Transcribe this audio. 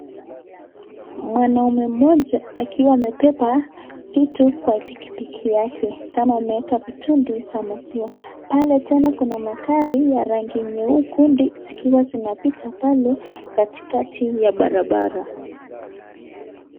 Mwanaume mmoja akiwa amebeba vitu kwa pikipiki yake kama ameeka mitungi za maziwa. Pale tena kuna magari ya rangi nyekundi zikiwa zinapita pale katikati ya barabara.